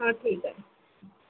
हा ठीक आहे